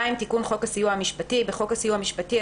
"תיקון חוק הסיוע המשפטי 2.בחוק הסיוע המשפטי,